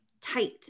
tight